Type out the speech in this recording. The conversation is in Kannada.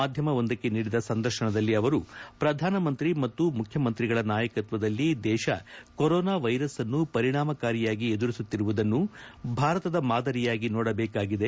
ಮಾದ್ಯಮವೊಂದಕ್ಕೆ ನೀಡಿದ ಸಂದರ್ಶನದಲ್ಲಿ ಅವರು ಪ್ರಧಾನ ಮಂತ್ರಿ ಮತ್ತು ಮುಖ್ಯಮಂತ್ರಿಗಳ ನಾಯಕತ್ವದಲ್ಲಿ ದೇಶ ಕೊರೊನಾ ವೈರಸ್ ಅನ್ನು ಪರಿಣಾಮಕಾರಿಯಾಗಿ ಎದುರಿಸುತ್ತಿರುವುದನ್ನು ಭಾರತದ ಮಾದರಿಯಾಗಿ ನೋಡಬೇಕಾಗಿದೆ